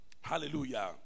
Hallelujah